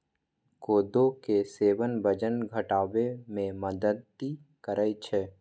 कोदो के सेवन वजन घटाबै मे मदति करै छै